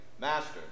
Master